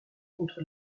contre